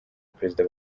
perezida